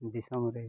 ᱫᱤᱥᱚᱢ ᱨᱮ